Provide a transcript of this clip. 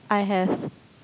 I have